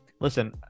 listen